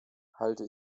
halte